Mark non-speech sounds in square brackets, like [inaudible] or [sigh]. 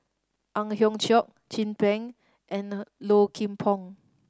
Ang Hiong Chiok Chin Peng and [unintelligible] Low Kim Pong